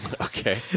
okay